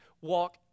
Walk